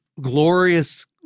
glorious